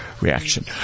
Reaction